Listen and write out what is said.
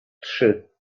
trzy